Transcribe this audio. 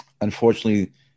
unfortunately